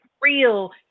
real